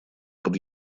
под